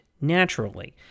naturally